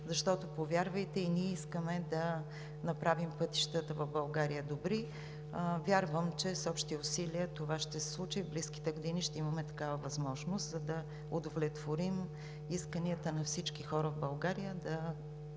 защото, повярвайте, и ние искаме да направим пътищата в България добри. Вярвам, че с общи усилия това ще се случи в близките години и ще имаме такава възможност, за да удовлетворим исканията на всички хора в България да